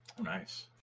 nice